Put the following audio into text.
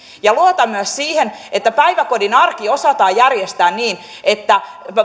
ja luotan myös siihen että päiväkodin arki osataan järjestää niin että